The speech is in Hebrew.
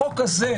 החוק הזה,